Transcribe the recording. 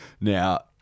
Now